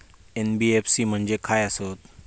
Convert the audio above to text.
NBFC म्हणजे खाय आसत?